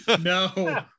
No